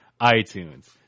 itunes